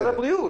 משרד הבריאות.